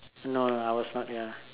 no no I was not ya